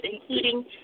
including